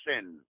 sin